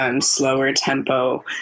slower-tempo